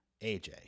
AJ